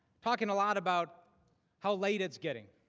talking a lot about how late it is getting.